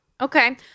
Okay